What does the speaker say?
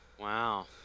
Wow